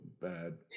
bad